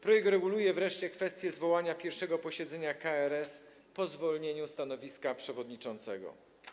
Projekt reguluje wreszcie kwestię zwołania pierwszego posiedzenia KRS po zwolnieniu stanowiska przewodniczącego.